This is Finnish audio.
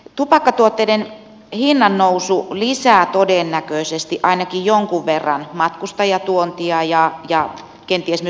tupakkatuotteiden hinnannousu lisää todennäköisesti ainakin jonkun verran matkustajatuontia ja kenties myös salakuljetusta